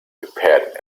prepared